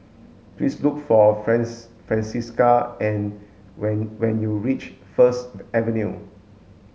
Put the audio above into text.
please look for France Francisca and when when you reach First Avenue